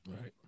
Right